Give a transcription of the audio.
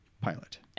pilot